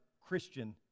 Christian